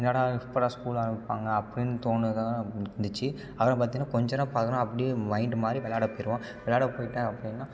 என்னடா எப்போடா ஸ்கூல் ஆரம்மிப்பாங்க அப்படின் தோணுங்க அப்புடின் இருந்துச்சு அப்புறம் பார்த்தீங்கன்னா கொஞ்சம் நாள் பார்த்தோன்னா அப்படியே மைண்டு மாறி விளாட போயிடுவோம் விளாட போயிட்டேன் அப்படின்னா